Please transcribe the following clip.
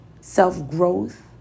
self-growth